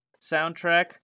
soundtrack